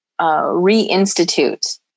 reinstitute